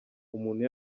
umuntu